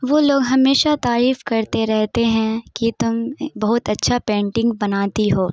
وہ لوگ ہمیشہ تعریف کرتے رہتے ہیں کہ تم بہت اچّھا پینٹنگ بناتی ہو